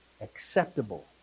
acceptable